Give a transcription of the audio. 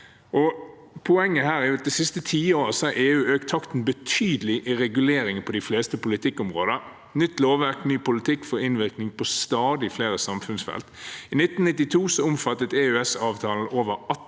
Poenget er at EU det siste tiåret har økt takten betydelig i regulering på de fleste politikkområder. Nytt lovverk og ny politikk får innvirkning på stadig flere samfunnsfelt. I 1992 omfattet EØS-avtalen over 1 800